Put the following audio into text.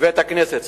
מבנה בית-הכנסת.